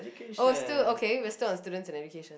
oh still okay we're still on students and education